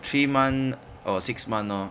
three month or six month lor